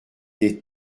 des